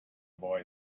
boy